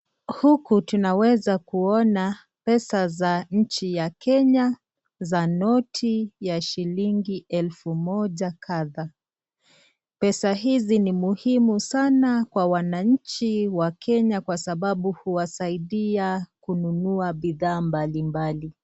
Huku tunaweza kuona pesa za nchi ya kenya za noti ya shilingi elfu moja kadhaa. Pesa hizi ni muhimu sana kwa wananchi wa Kenya kwa sababu huwasaidia kununua bidhaa mbalimbali.